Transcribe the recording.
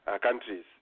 countries